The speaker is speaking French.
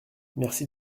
merci